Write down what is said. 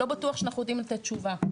לא בטוח שאנחנו יודעים לתת תשובה.